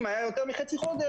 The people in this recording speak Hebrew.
אם היה יותר מחצי חודש,